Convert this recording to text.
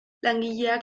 langileak